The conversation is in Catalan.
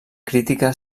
crítica